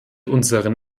unseren